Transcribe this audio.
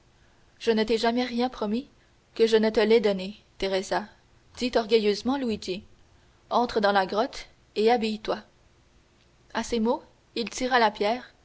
je ne t'ai jamais rien promis que je ne te l'aie donné teresa dit orgueilleusement luigi entre dans la grotte et habille-toi à ces mots il tira la pierre